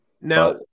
Now